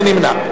מי נמנע?